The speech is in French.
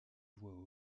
voix